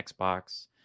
Xbox